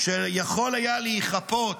שיכול היה להיכפות